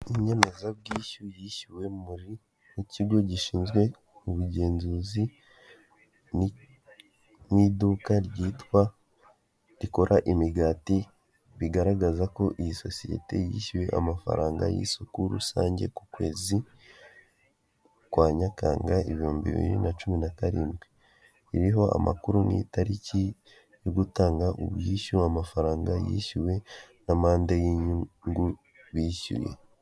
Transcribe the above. Inyemezabwishyu yishyuwe mu kigo gishinzwe ubugenzuzi n'iduka rikora imigati bigaragaza ko iyi sosiyete yishyuwe amafaranga y'isuku rusange ku kwezi kwa nyakanga ibihumbi bibiri na cumi na karindwi, iriho amakuru n'i itariki yo gutanga ubwishyu, amafaranga yishyuwe n'amande y'inyungu bishyuye.